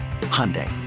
Hyundai